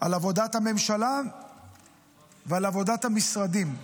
על עבודת הממשלה ועל עבודת המשרדים.